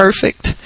perfect